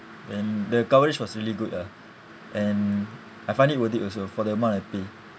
and the coverage was really good ah and I find it worth it also for the amount I pay